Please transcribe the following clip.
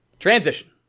transition